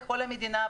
לכל המדינה,